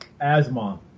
asthma